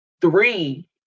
three